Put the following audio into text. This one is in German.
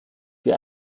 wir